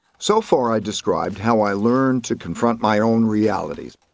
so far i described how i learned to confront my own realities,